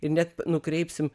ir net nukreipsim